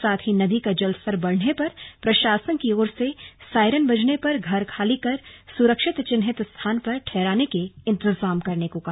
साथ ही नदी का जलस्तर बढ़ने पर प्रशासन की ओर से सायरन बजने पर घर खाली कर सुरक्षित चिन्हित स्थान पर ठहराने के इंतजाम करने को कहा